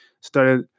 Started